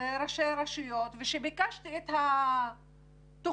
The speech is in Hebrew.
ראשי רשויות, וכשביקשתי את התכנית,